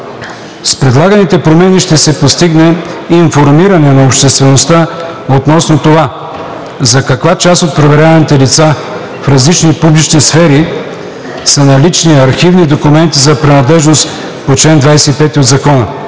С предлаганите промени ще се постигне информиране на обществеността относно това за каква част от проверяваните лица в различните публични сфери са налични архивни документи за принадлежност по чл. 25 от Закона.